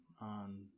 on